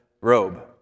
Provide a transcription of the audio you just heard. robe